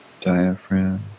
diaphragm